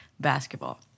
Basketball